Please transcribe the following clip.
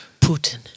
Putin